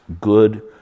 good